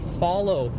follow